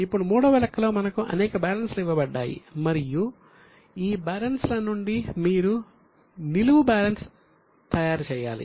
ఇప్పుడు మూడవ లెక్కలో మనకు అనేక బ్యాలెన్స్లు ఇవ్వబడ్డాయి మరియు ఈ బ్యాలెన్స్ల నుండి మీరు నిలువు బ్యాలెన్స్ షీట్ తయారు చేయాలి